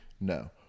no